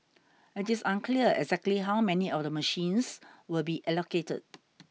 it is unclear exactly how many of the machines will be allocated